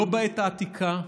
לא בעת העתיקה,